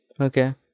Okay